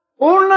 una